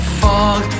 fog